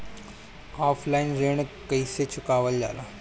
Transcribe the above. Offline ऋण कइसे चुकवाल जाला?